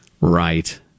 Right